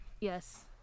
Yes